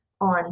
on